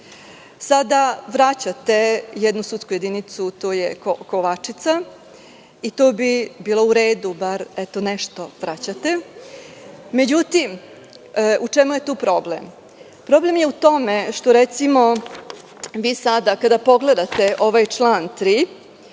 Sada vraćate jednu sudsku jedinicu, to je Kovačica. To bi bilo u redu, bar eto nešto vraćate. Međutim, u čemu je tu problem? Problem je u tome što recimo, vi sada kada pogledate ovaj član 3,